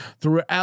throughout